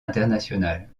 internationale